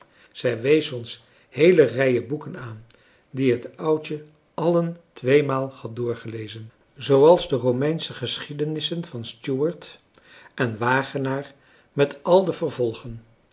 zij wees ons heele rijen boeken aan die het oudje allen tweemaal had doorgelezen zooals de romeinsche geschiedenissen van stuart en wagenaar met al de vervolgen